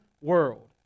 world